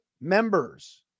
members